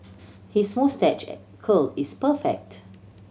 his moustache curl is perfect